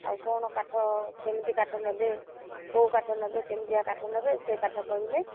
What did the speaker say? ଆଉ କ'ଣ କାଠ କେମିତି କାଠ ନେବେ କୋଉ କାଠ ନେବେ କେମିତିଆ କାଠ ନେବେ ସେ କାଠ କହିଲେ